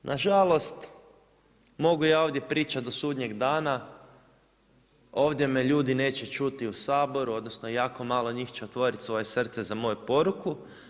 Na žalost, mogu ja ovdje pričat do sudnjeg dana, ovdje me ljudi neće čuti u Saboru, odnosno jako malo njih će otvoriti svoje srce za moju poruku.